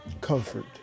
comfort